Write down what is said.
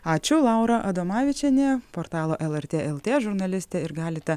ačiū laura adomavičienė portalo lrt lt žurnalistė ir galite